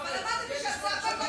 אבל למדתי שהצעקות לא מספיקות,